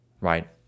Right